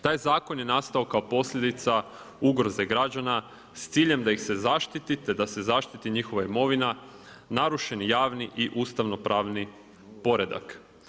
Taj zakon je nastao kao posljedica ugroze građana s ciljem da ih se zaštiti te da se zaštiti njihova imovina, narušeni javni i ustavnopravni poredak.